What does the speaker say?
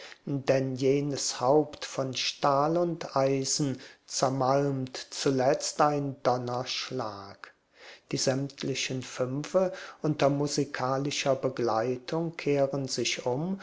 denn jenes haupt von stahl und eisen zermalmt zuletzt ein donnerschlag die sämtlichen fünfe unter musikalischer begleitung kehren sich um